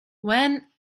when